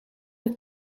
het